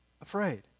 afraid